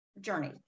journey